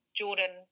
jordan